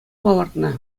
палӑртнӑ